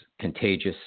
contagious